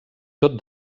tot